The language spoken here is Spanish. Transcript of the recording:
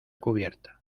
cubierta